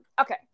okay